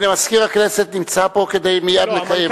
מזכיר הכנסת נמצא פה כדי לקיים,